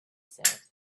said